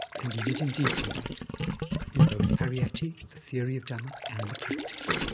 and he did indeed do that in both pariyatti the theory of dhamma, and the practice,